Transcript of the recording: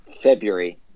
February